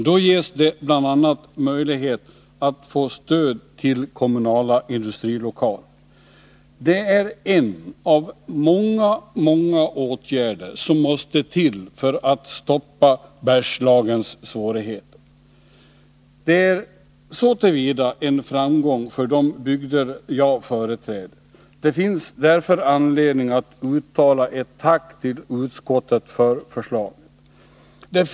Då ges det bl.a. möjlighet att få stöd till kommunala industrilokaler. Det är en av många åtgärder som måste till för att stoppa Bergslagens svårigheter. Det är så till vida en framgång för de bygder jag företräder. Det finns därför anledning att uttala ett tack till utskottet för förslaget.